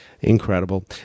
Incredible